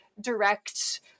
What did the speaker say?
direct